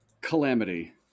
Calamity